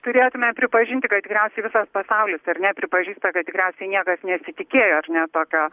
turėtume pripažinti kad tikriausiai visas pasaulis ar ne nepripažįsta kad tikriausiai niekas nesitikėjo ar ne tokio